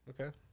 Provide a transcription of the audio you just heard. okay